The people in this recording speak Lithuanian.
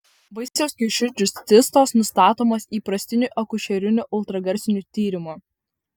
vaisiaus kiaušidžių cistos nustatomos įprastiniu akušeriniu ultragarsiniu tyrimu